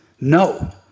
No